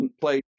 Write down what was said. played